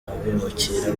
abimukira